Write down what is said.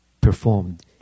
performed